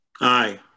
Aye